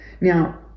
Now